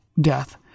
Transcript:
death